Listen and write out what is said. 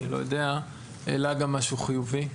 עלה גם משהו חיובי,